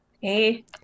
Hey